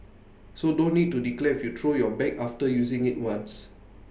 so don't need to declare if you throw your bag after using IT once